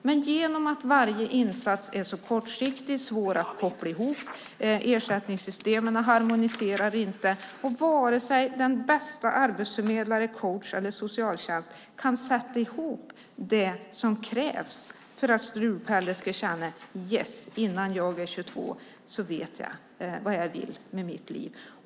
Men eftersom varje insats är så kortsiktig, svår att koppla ihop och ersättningssystemen inte harmoniserar kan inte den bästa arbetsförmedlare, coach eller socialsekreterare sätta ihop det som krävs för att strulpelle ska känna att innan han är 22 vet han vad han vill med sitt liv.